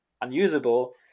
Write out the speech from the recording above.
unusable